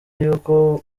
yuko